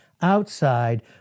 outside